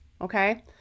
Okay